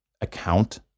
account